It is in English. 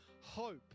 hope